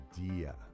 idea